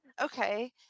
okay